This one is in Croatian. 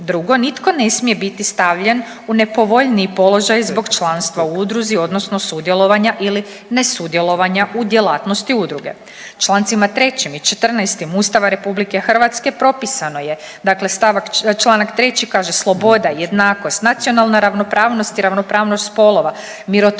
Drugo, nitko ne smije biti stavljen u nepovoljniji položaj zbog članstva u udruzi odnosno sudjelovanja ili ne sudjelovanja u djelatnosti udruge. Čl. 3. i 14. Ustava RH propisano je dakle čl. 3. kaže, sloboda, jednakost, nacionalna ravnopravnost i ravnopravnost spolova, mirotvorstvo,